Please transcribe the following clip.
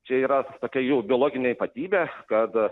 čia yra tokia jų biologinė ypatybė kad